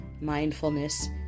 mindfulness